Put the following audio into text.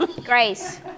Grace